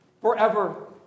forever